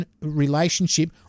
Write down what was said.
relationship